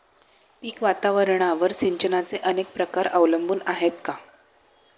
पीक वातावरणावर सिंचनाचे अनेक प्रकार अवलंबून आहेत का?